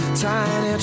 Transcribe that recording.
Tiny